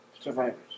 Survivors